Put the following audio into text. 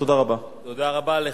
תודה רבה.